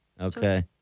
Okay